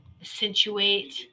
accentuate